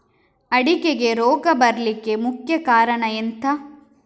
ಅಡಿಕೆಗೆ ರೋಗ ಬರ್ಲಿಕ್ಕೆ ಮುಖ್ಯ ಕಾರಣ ಎಂಥ?